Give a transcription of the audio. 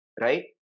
right